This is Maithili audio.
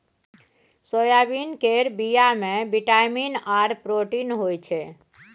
सोयाबीन केर बीया मे बिटामिन आर प्रोटीन होई छै